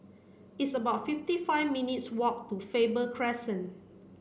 it's about fifty five minutes' walk to Faber Crescent